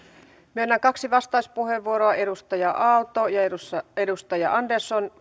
myönnän kaksi vastauspuheenvuoroa edustaja aalto ja edustaja andersson